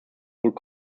would